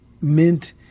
mint